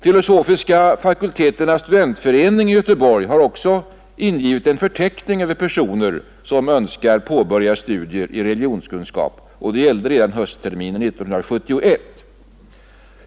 Filosofiska fakulteternas studentförening i Göteborg hade ingivit en förteckning över personer som önskade påbörja studier i religionskunskap redan höstterminen 1971.